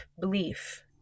belief